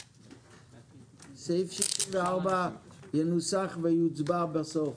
סעיף 64 ינוסח ויוצבע בסוף.